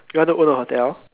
you want to own a hotel